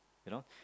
you know